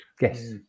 Yes